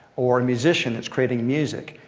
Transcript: or a musician that's creating music,